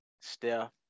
Steph